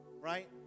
Right